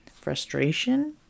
Frustration